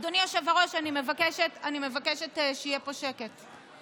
אדוני היושב-ראש, אני מבקשת שיהיה פה שקט.